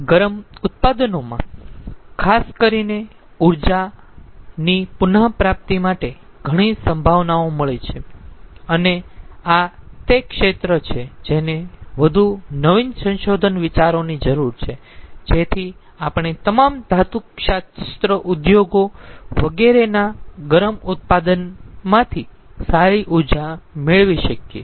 ગરમ ઉત્પાદનોમાં ખાસ કરીને ઊર્જાની પુનઃ પ્રાપ્તિ માટે ઘણી સંભાવનાઓ મળી છે અને આ તે એક ક્ષેત્ર છે જેને વધુ નવીન સંશોધન વિચારોની જરૂર છે જેથી આપણે તમામ ધાતુશાસ્ત્ર ઉદ્યોગો વગેરેના ગરમ ઉત્પાદનમાંથી સારી ઊર્જા મેળવી શકીયે